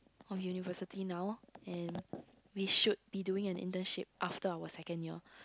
of university now and we should be doing an internship after our second year